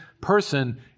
person